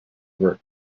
work